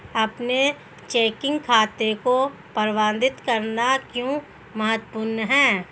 अपने चेकिंग खाते को प्रबंधित करना क्यों महत्वपूर्ण है?